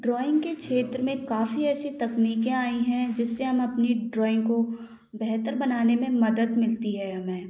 drawing के क्षेत्र में काफी ऐसी तकनीकियाँ आई हैं जिससे हम अपनी ड्राइंग को बेहतर बनाने में मदद मिलती है हमें